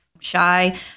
shy